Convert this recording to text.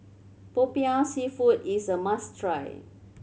Popiah Seafood is a must try